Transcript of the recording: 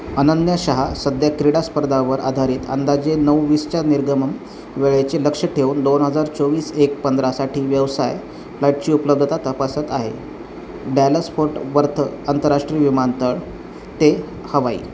अनन्या शहा सध्या क्रीडा स्पर्धेवर आधारित अंदाजे नऊ वीसच्या निर्गमन वेळेचे लक्ष ठेवून दोन हजार चोवीस एक पंधरासाठी व्यवसाय फ्लॅटची उपलब्धता तपासत आहे डॅलस फोर्ट बर्थ आंतरराष्ट्रीय विमानतळ ते हवाई